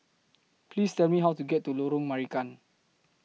Please Tell Me How to get to Lorong Marican